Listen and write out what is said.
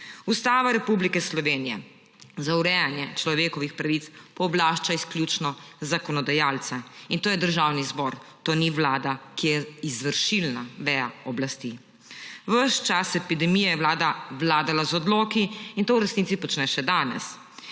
Ustava Republike Slovenije za urejanje človekovih pravic pooblašča izključno zakonodajalca, in to je Državni zbor, to ni Vlada, ki je izvršilna veja oblasti. Ves čas epidemije je Vlada vladala z odloki in to v resnici počne še danes